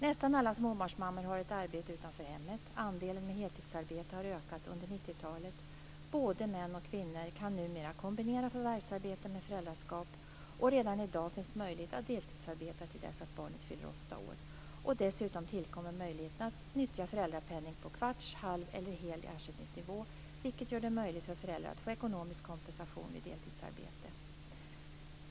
Nästan alla småbarnsmammor har ett arbete utanför hemmet. Andelen med heltidsarbete har ökat under 90-talet. Både män och kvinnor kan numera kombinera förvärvsarbete med föräldraskap. Redan i dag finns det möjlighet att deltidsarbeta till dess att barnet fyller åtta år. Dessutom tillkommer möjligheten att nyttja föräldrapenning på kvarts, halv eller hel ersättningsnivå, vilket gör det möjligt för föräldrar att få ekonomisk kompensation vid deltidsarbete.